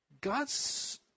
God's